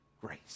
grace